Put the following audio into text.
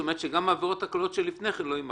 שגם העבירות הקלות שלפני כן לא יימחקו.